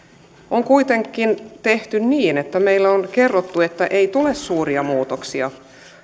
on kuitenkin tehty niin että meille on kerrottu että ei tule suuria muutoksia että